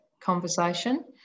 conversation